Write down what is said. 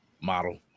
model